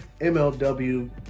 MLW